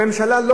הממשלה,